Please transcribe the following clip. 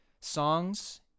songs